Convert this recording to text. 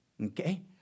Okay